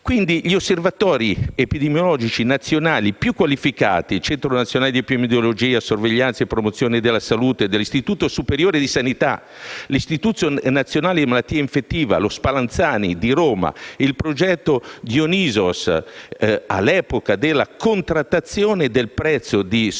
Tutti gli osservatori epidemiologici nazionali più qualificati (Centro nazionale di epidemiologia, sorveglianza e promozione della salute dell'Istituto superiore di sanità; istituto nazionale di malattie infettive Spallanzani di Roma; progetto Dionysos), all'epoca della contrattazione del prezzo di Sovaldi,